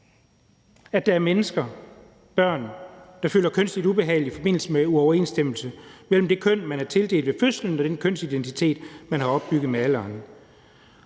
at der er mennesker, børn, der føler kønsligt ubehag i forbindelse med uoverensstemmelse mellem det køn, de er tildelt ved fødslen, og den kønsidentitet, de har opbygget med alderen.